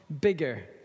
bigger